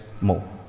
more